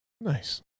Nice